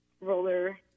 roller